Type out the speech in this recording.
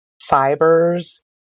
fibers